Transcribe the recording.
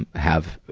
and have, ah,